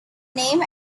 name